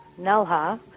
NELHA